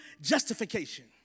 justification